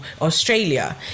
Australia